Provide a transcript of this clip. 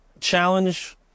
challenge